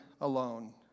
alone